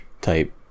type